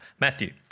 Matthew